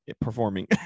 performing